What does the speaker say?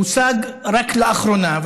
הושג רק לאחרונה,